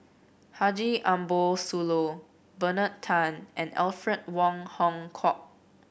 Haji Ambo Sooloh Bernard Tan and Alfred Wong Hong Kwok